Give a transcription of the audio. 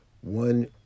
one